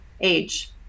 age